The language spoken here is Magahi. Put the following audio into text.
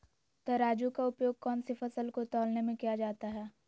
तराजू का उपयोग कौन सी फसल को तौलने में किया जाता है?